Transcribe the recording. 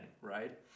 right